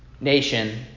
nation